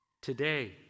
Today